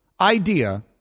idea